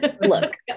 Look